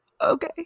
Okay